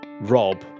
Rob